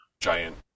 giant